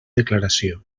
declaració